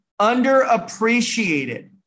underappreciated